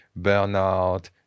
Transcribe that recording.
burnout